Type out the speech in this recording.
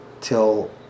till